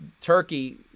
Turkey